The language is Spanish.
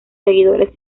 seguidores